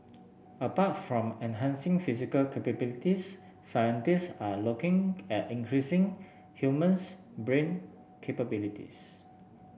apart from enhancing physical capabilities scientists are looking at increasing human's brain capabilities